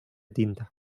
tinta